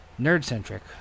nerd-centric